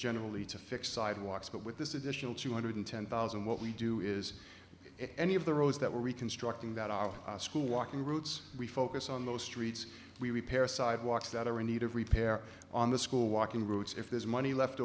generally to fix sidewalks but with this additional two hundred ten thousand what we do is any of the roads that we're reconstructing that are school walking routes we focus on those streets we repair sidewalks that are in need of repair on the school walking routes if there's money left